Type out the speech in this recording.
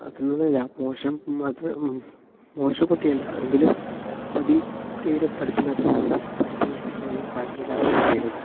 അതുകൊണ്ടല്ല മോശം മാത്രം മോശം കുട്ടിയല്ല എങ്കിലും തീരെ പഠിപ്പില്ലാത്ത ഒരു കാര്യമില്ലാത്ത ഒരു കുട്ടിയായിരുന്നു